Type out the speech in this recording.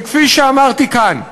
כפי שאמרתי כאן,